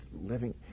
living